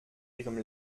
ihrem